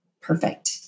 perfect